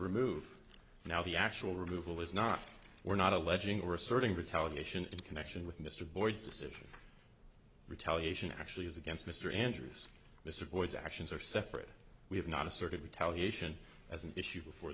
remove now the actual removal is not we're not alleging or asserting retaliation in connection with mr boyd's decision retaliation actually is against mr andrews the supports actions are separate we have not asserted retaliation as an issue before